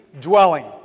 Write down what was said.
dwelling